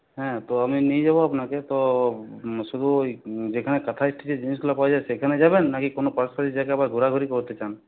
হ্যাঁ তো আমি নিয়ে যাব আপনাকে তো শুধু ওই যেখানে কাঁথা স্টিচের জিনিসগুলো পাওয়া যায় সেখানে যাবেন না কি কোনো পাশাপাশি জায়গায় আবার ঘোরাঘুরি করতে চান